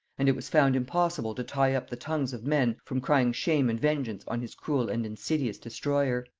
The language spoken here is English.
and it was found impossible to tie up the tongues of men from crying shame and vengeance on his cruel and insidious destroyer.